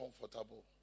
comfortable